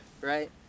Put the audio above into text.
right